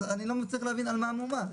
אז אני לא מצליח להבין על מה המהומה.